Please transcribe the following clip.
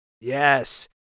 Yes